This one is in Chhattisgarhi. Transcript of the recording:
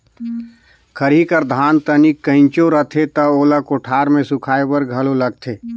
खरही कर धान तनिक कइंचा रथे त ओला कोठार मे सुखाए बर घलो लगथे